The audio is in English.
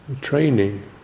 training